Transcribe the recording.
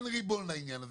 אין ריבון לעניין הזה,